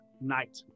night